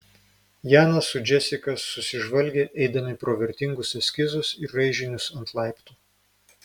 janas su džesika susižvalgė eidami pro vertingus eskizus ir raižinius ant laiptų